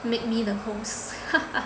made me the host